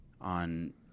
on